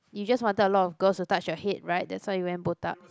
you just wanted a lot of girls to touch your head right that's why you went botak